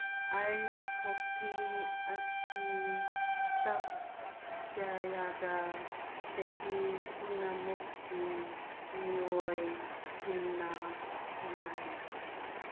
ice hockey ꯑꯁꯤ ꯊꯥꯛ ꯀꯌꯥꯗ ꯆꯍꯤ ꯄꯨꯝꯅꯃꯛꯀꯤ ꯃꯤꯑꯣꯏꯁꯤꯡꯅ ꯁꯥꯟꯅꯩ